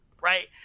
right